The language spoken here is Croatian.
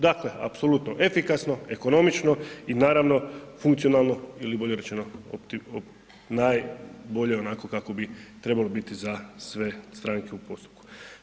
Dakle apsolutno efikasno, ekonomično i naravno funkcionalno ili bolje rečeno, najbolje onako kako bi trebalo biti za sve stranke u postupku.